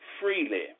freely